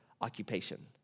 occupation